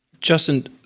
Justin